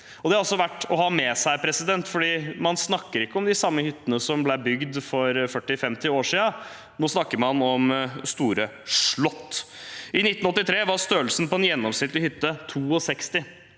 Det er det altså verdt å ha med seg, for man snakker ikke om de samme hyttene som ble bygd for 40–50 år siden. Nå snakker man om store slott. I 1983 var størrelsen på en gjennomsnittlig hytte 62